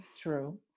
True